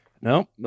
no